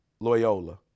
Loyola